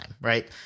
right